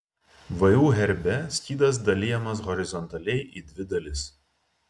vu herbe skydas dalijamas horizontaliai į dvi dalis